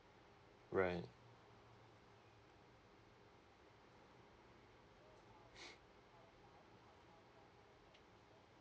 right